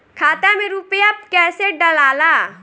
खाता में रूपया कैसे डालाला?